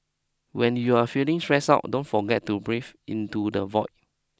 when you are feeling stressed out don't forget to breathe into the void